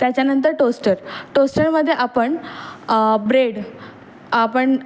त्याच्यानंतर टोस्टर टोस्टरमध्ये आपण ब्रेड आपण